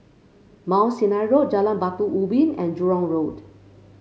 Mount Sinai Road Jalan Batu Ubin and Jurong Road